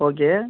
okay